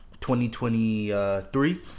2023